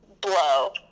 blow